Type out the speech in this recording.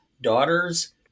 daughters